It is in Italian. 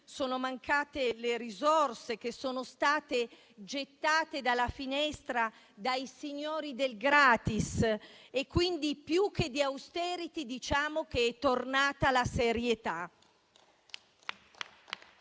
sono mancate le risorse, che sono state gettate dalla finestra dai signori del gratis; quindi più che l'*austerity*, diciamo che è tornata la serietà.